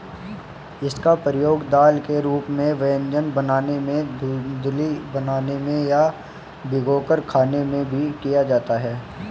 इसका प्रयोग दाल के रूप में व्यंजन बनाने में, घुघनी बनाने में या भिगोकर खाने में भी किया जाता है